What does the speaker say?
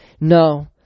No